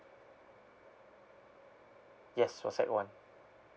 yes for sec one